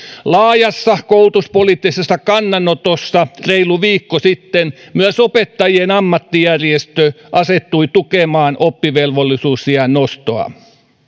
laajassa koulutuspoliittisessa kannanotossa reilu viikko sitten myös opettajien ammattijärjestö asettui tukemaan oppivelvollisuusiän nostoa